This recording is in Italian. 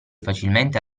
facilmente